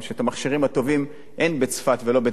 את המכשירים הטובים אין בצפת ולא בטבריה,